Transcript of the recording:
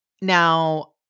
Now